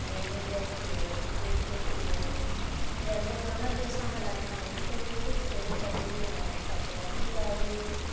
जीअं गूगल थी वियो यूट्यूब थी थी वियो या जे गाना बि असां हलायूं आहियूं त यूट्यूब खोले करे ई हलायूं था पिया